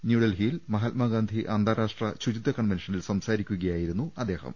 ന്യൂഡൽഹിയിൽ മഹാ ത്മാഗാന്ധി അന്താരാഷ്ട്ര ശുചിത്വ കൺവെൻഷനിൽ സംസാരിക്കുകയാ യിരുന്നു അദ്ദേഹം